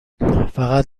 فقط